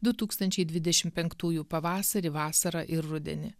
du tūkstančiai dvidešimt penktųjų pavasarį vasarą ir rudenį